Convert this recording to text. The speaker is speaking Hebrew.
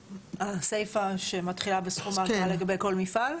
הסיפה שמתחילה ב-"סכום האגרה לגבי כל מפעל"?